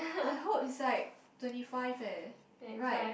I hope it's like twenty five eh right